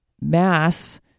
mass